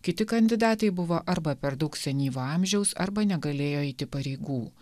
kiti kandidatai buvo arba per daug senyvo amžiaus arba negalėjo eiti pareigų